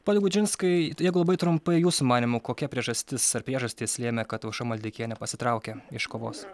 pone gudžinskai jeigu labai trumpai jūsų manymu kokia priežastis ar priežastys lėmė kad aušra maldeikienė pasitraukė iš kovos